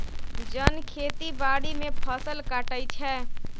जन खेती बाड़ी में फ़सल काटइ छै